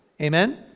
amen